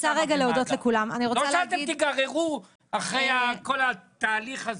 תשפיעו שם במד"א, לא שתיגררו אחרי כל התהליך הזה.